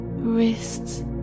wrists